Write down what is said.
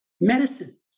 medicine